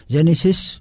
Genesis